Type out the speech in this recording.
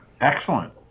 Excellent